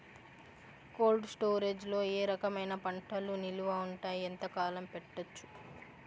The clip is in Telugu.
కోల్డ్ స్టోరేజ్ లో ఏ రకమైన పంటలు నిలువ ఉంటాయి, ఎంతకాలం పెట్టొచ్చు?